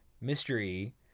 mystery